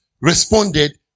responded